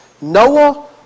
Noah